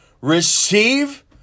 Receive